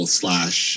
slash